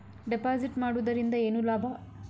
Deposit ಮಾಡುದರಿಂದ ಏನು ಲಾಭ?